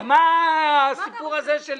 מה זה הקשקוש הזה?